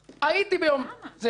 הייתי במעלה